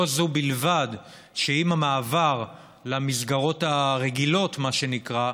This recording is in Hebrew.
לא זו בלבד שעם המעבר למסגרות הרגילות, מה שנקרא,